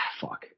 fuck